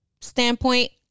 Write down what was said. standpoint